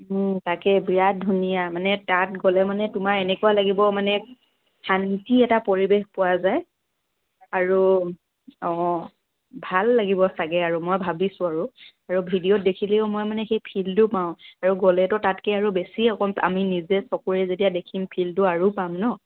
তাকে বিৰাট ধুনীয়া মানে তাত গ'লে মানে তোমাৰ এনেকুৱা লাগিব মানে শান্তি এটা পৰিৱেশ পোৱা যায় আৰু অ' ভাল লাগিব চাগে আৰু মই ভাবিছো আৰু আৰু ভিডিঅ'ত দেখিলেও মই মানে সেই ফিলটো পাওঁ আৰু গ'লেতো তাতকৈ আৰু বেছি অকণ আমি নিজে চকুৰে যেতিয়া দেখিম ফিলটো আৰু পাম ন